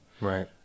Right